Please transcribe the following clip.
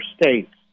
states